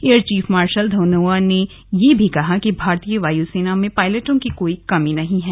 air chief marshal Dhanoa ने यह भी कहा कि भारतीय वायुसेना में पायलटों की कोई कमी नहीं है